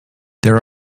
there